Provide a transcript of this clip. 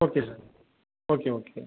okay sir okay okay